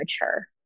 mature